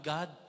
God